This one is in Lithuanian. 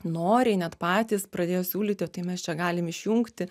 noriai net patys pradėjo siūlyti tai mes čia galim išjungti